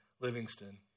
Livingston